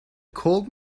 called